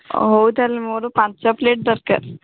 ହଉ ତା'ହେଲେ ମୋର ପାଞ୍ଚ ପ୍ଲେଟ୍ ଦରକାର